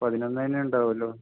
പതിനൊന്ന് തന്നെ ഉണ്ടാവുമല്ലോ